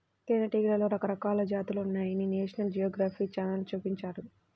తేనెటీగలలో రకరకాల జాతులున్నాయని నేషనల్ జియోగ్రఫీ ఛానల్ చూపించారు